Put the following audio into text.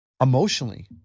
emotionally